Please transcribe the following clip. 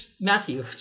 Matthew